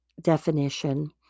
definition